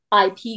IP